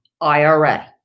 IRA